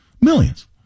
millions